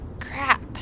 crap